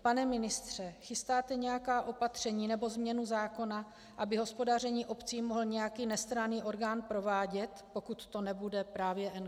Pane ministře, chystáte nějaká opatření nebo změnu zákona, aby hospodaření obcí mohl nějaký nestranný orgán provádět, pokud to nebude právě NKÚ?